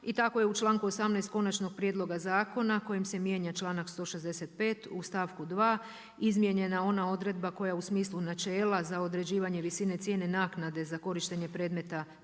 I tako je u članku 18. Konačnog prijedloga zakona kojim se mijenja članak 165. u stavku 2. izmijenjena ona odredba koja u smislu načela za određivanje visine cijene naknade za korištenje predmeta